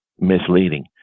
misleading